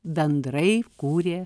bendrai kūrė